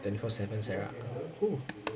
twenty four seven sarah !woo!